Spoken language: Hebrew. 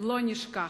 לא נשכח".